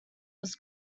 was